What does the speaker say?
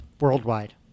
worldwide